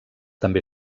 també